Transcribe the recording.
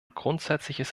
grundsätzliches